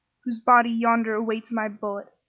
whose body yonder awaits my bullet.